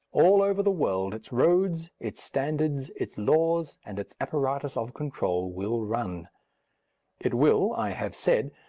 all over the world its roads, its standards, its laws, and its apparatus of control will run it will, i have said,